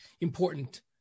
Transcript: important